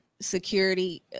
security